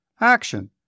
Action